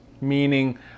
meaning